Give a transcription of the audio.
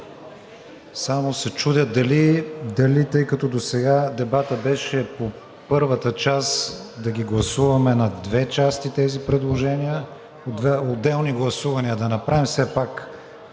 Само се чудя дали, тъй като досега дебатът беше по първата част, да ги гласуваме на две части тези предложения – две отделни гласувания да направим. Все пак